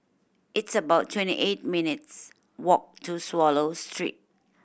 it's about twenty eight minutes' walk to Swallow Street